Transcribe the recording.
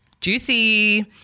Juicy